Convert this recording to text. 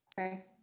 Okay